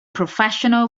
professional